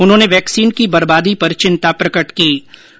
उन्होंने वैक्सीन की बर्बादी पर चिंता प्रकट की है